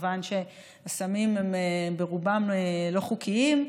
מכיוון שהסמים הם ברובם לא חוקיים,